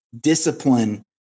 Discipline